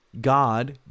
God